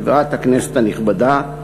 חברת הכנסת הנכבדה,